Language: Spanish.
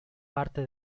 parte